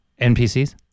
NPCs